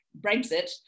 Brexit